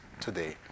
today